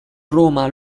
roma